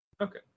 Okay